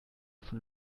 von